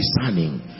discerning